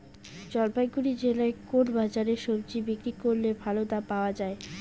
জলপাইগুড়ি জেলায় কোন বাজারে সবজি বিক্রি করলে ভালো দাম পাওয়া যায়?